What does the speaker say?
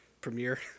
Premiere